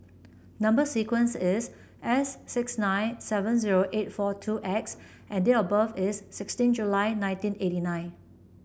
number sequence is S six nine seven zero eight four two X and date of birth is sixteen July nineteen eighty nine